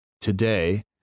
today